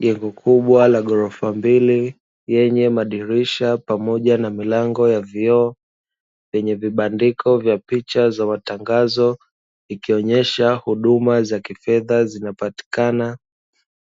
Jengo kubwa la ghorofa mbili lenye madirisha pamoja na milango ya vioo, lenye vibandiko vya picha za matangazo, ikionyesha huduma za kifedha zinapatikana,